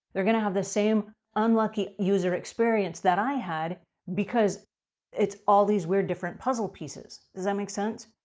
they're going to have the same unlucky user experience that i had because it's all these weird different puzzle pieces, does that make sense?